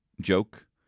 joke